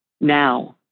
now